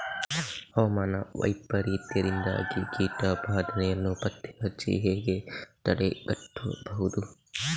ಹವಾಮಾನ ವೈಪರೀತ್ಯದಿಂದಾಗಿ ಕೀಟ ಬಾಧೆಯನ್ನು ಪತ್ತೆ ಹಚ್ಚಿ ಹೇಗೆ ತಡೆಗಟ್ಟಬಹುದು?